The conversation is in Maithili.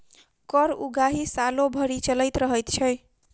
कर उगाही सालो भरि चलैत रहैत छै